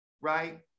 right